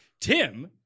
Tim